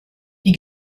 die